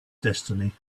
destiny